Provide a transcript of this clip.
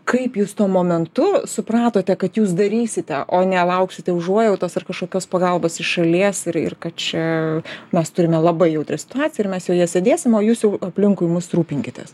kaip jūs tuo momentu supratote kad jūs darysite o nelauksite užuojautos ar kažkokios pagalbos iš šalies ir ir kad čia mes turime labai jautrią situaciją ir mes joje sėdėsim o jūs jau aplinkui mus rūpinkitės